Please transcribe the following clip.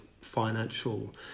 financial